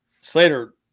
Slater